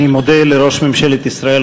אני מודה לראש ממשלת ישראל,